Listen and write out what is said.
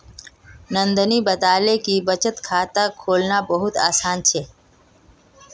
नंदनी बताले कि बचत खाता खोलना बहुत आसान छे